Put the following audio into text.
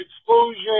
explosion